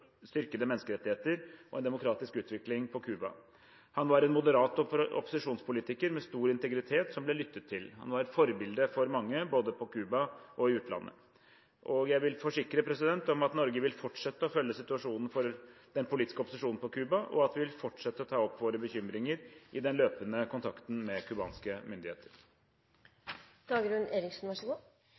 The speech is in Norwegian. styrkede menneskerettigheter og en demokratisk utvikling på Cuba. Han var en moderat opposisjonspolitiker med stor integritet som ble lyttet til. Han var et forbilde for mange, både på Cuba og i utlandet. Jeg vil forsikre om at Norge vil fortsette å følge situasjonen for den politiske opposisjonen på Cuba, og at vi vil fortsette å ta opp våre bekymringer i den løpende kontakten med kubanske